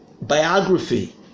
biography